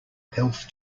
health